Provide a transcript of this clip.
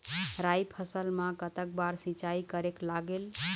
राई फसल मा कतक बार सिचाई करेक लागेल?